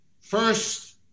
First